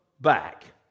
back